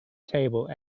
table